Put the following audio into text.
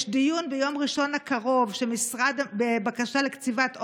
יש דיון ביום ראשון הקרוב בבקשה לקציבת עונש,